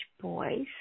boys